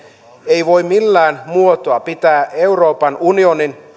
ei voi millään muotoa pitää euroopan unionin